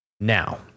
now